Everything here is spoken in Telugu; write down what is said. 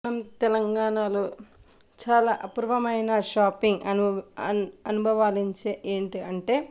మన తెలంగాణలో చాలా అపూర్వమైన షాపింగ్ అనుబ అను అనుభవాలు ఇచ్చే ఏంటి అంటే